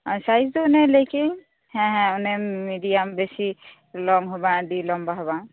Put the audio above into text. ᱟᱨ ᱥᱟᱭᱤᱡᱽ ᱫᱚ ᱚᱱᱮ ᱞᱟᱹᱭ ᱠᱮᱜ ᱟᱹᱧ ᱦᱮᱸ ᱦᱮᱸ ᱚᱱᱮ ᱢᱤᱰᱤᱭᱟᱢ ᱵᱮᱥᱤ ᱞᱚᱝ ᱦᱚᱸ ᱵᱟᱝ ᱰᱷᱮᱨ ᱞᱚᱢᱵᱟ ᱦᱚᱸ ᱵᱟᱝ